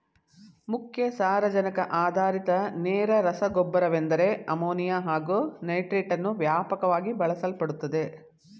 ಮುಖ್ಯ ಸಾರಜನಕ ಆಧಾರಿತ ನೇರ ರಸಗೊಬ್ಬರವೆಂದರೆ ಅಮೋನಿಯಾ ಹಾಗು ನೈಟ್ರೇಟನ್ನು ವ್ಯಾಪಕವಾಗಿ ಬಳಸಲ್ಪಡುತ್ತದೆ